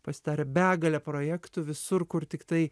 pasidarė begalę projektų visur kur tiktai